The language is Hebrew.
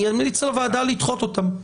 אני אמליץ לוועדה לדחות אותם.